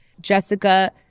jessica